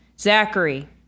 Zachary